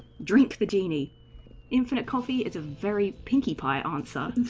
drink the genie instant coffee is a very can keep ion sort of